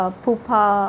pupa